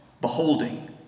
Beholding